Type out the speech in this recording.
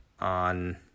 on